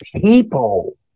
people